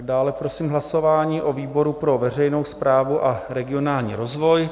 Dále prosím hlasování o výboru pro veřejnou správu a regionální rozvoj.